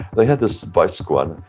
they had this vice squad,